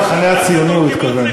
הוא התכוון, למחנה הציוני הוא התכוון.